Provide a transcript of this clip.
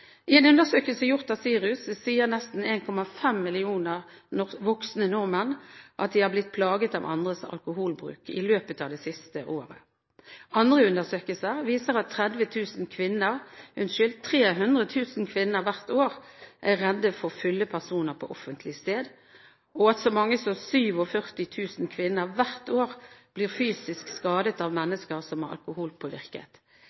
I en undersøkelse gjort av SIRUS sier nesten 1,5 millioner voksne nordmenn at de er blitt plaget av andres alkoholbruk i løpet av det siste året. Andre undersøkelser viser at 300 000 kvinner hvert år er redde for fulle personer på offentlig sted, og at så mange som 47 000 kvinner hvert år blir fysisk skadet av